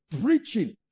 preaching